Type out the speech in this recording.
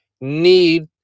need